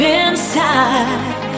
inside